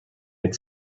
had